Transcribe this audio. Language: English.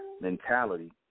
mentality